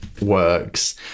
works